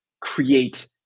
create